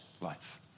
life